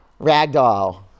Ragdoll